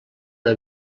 una